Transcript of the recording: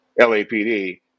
LAPD